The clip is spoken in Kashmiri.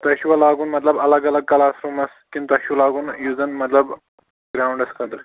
تۄہہِ چھُوا لاگُن مطلب الگ الگ کٕلاس روٗمَس کِنہٕ تۄہہِ چھُو لاگُن یُس زَن مطلب گرٛاوُنٛڈَس خٲطرٕ